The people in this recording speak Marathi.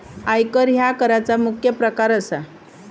आयकर ह्या कराचा मुख्य प्रकार असा